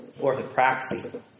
orthopraxy